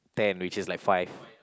ten which is like five